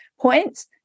points